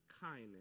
kindness